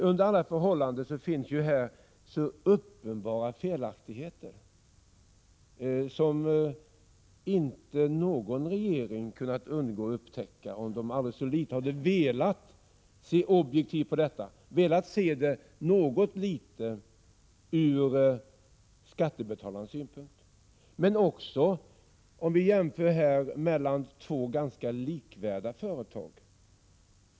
Under alla förhållanden finns här så uppenbara felaktigheter att ingen regering skulle ha kunnat undgå att upptäcka dem om den aldrig så litet hade velat se objektivt på detta, och något litet se det ur skattebetalarnas synpunkt. Vi kan jämföra här med två ganska likvärdiga företag.